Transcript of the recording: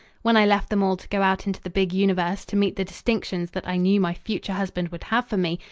when i left them all to go out into the big universe to meet the distinctions that i knew my future husband would have for me,